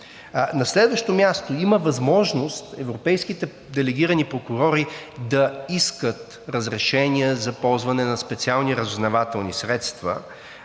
На следващо място, има възможност европейските делегирани прокурори да искат разрешения за ползване на специални разузнавателни средства,